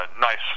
nice